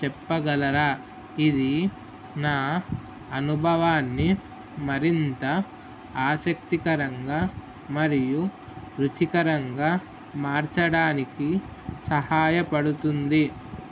చెప్పగలరా ఇది నా అనుభవాన్ని మరింత ఆసక్తికరంగా మరియు రుచికరంగా మార్చడానికి సహాయపడుతుంది